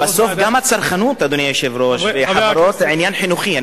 בסוף גם הצרכנות וחברות זה עניין חינוכי.